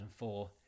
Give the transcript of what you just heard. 2004